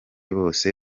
bose